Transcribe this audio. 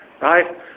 right